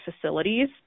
facilities